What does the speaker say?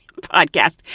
podcast